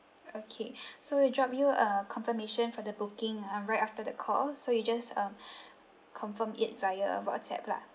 okay so we'll drop you a confirmation for the booking um right after the call so you just uh confirm it via whatsapp lah